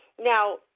Now